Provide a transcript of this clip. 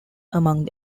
among